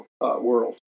world